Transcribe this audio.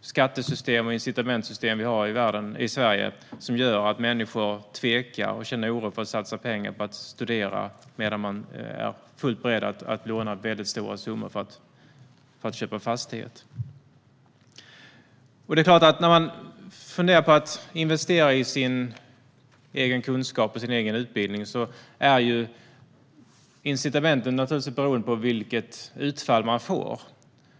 skattesystem och incitament vi har i Sverige när människor tvekar att satsa pengar på studier men är fullt beredda att låna stora summor för att köpa en fastighet. Hur motiverad man är att investera i kunskap och utbildning beror givetvis på vilket utfall man får.